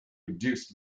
reduced